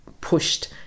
pushed